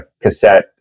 cassette